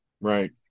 Right